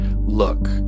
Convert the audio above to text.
look